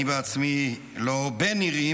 אני בעצמי לא בן נירים,